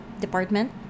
department